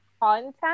content